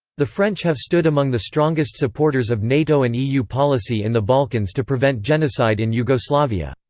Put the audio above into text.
the french have stood among the strongest supporters of nato and eu eu policy in the balkans to prevent genocide in yugoslavia.